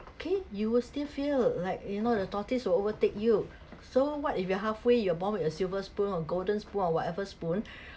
you know okay you will still feel like you know the tortoise will overtake you so what if you are halfway you are born with a silver spoon or golden spoon or whatever spoon